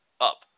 up